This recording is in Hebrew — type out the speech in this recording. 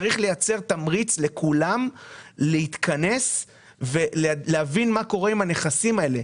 צריך לייצר תמריץ לכולם להתכנס ולהבין מה קורה עם הנכסים האלה.